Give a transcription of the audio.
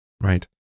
right